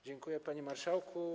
Dziękuję, panie marszałku.